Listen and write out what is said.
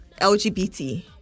lgbt